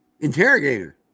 Interrogator